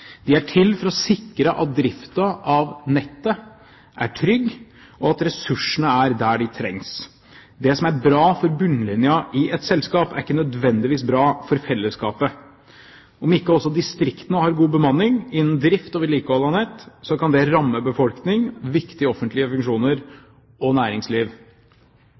de trengs. Det som er bra for bunnlinjen i et selskap, er ikke nødvendigvis bra for fellesskapet. Om ikke også distriktene har god bemanning innen drift og vedlikehold av nett, kan det ramme befolkning, viktige offentlige funksjoner og næringsliv.